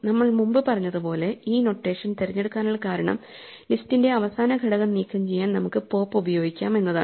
നമ്മൾ മുമ്പ് പറഞ്ഞതുപോലെ ഈ നൊട്ടേഷൻ തിരഞ്ഞെടുക്കാനുള്ള കാരണം ലിസ്റ്റിന്റെ അവസാന ഘടകം നീക്കംചെയ്യാൻ നമുക്ക് പോപ്പ് ഉപയോഗിക്കാം എന്നതാണ്